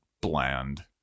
bland